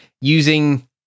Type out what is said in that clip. using